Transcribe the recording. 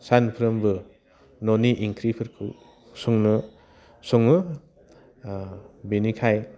सानफ्रोमबो न'नि ओंख्रिफोरखौ संनो सङो बेनिखायनो